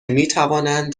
میتوانند